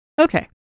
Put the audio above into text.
okay